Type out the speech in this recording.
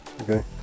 Okay